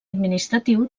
administratiu